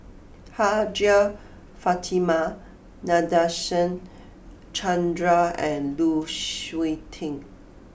Hajjah Fatimah Nadasen Chandra and Lu Suitin